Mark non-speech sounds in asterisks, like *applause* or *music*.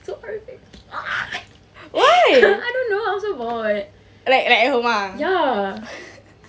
so perfect *noise* *laughs* I don't know I was so bored ya